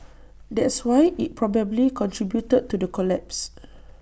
that's why IT probably contributed to the collapse